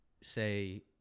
say